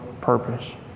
purpose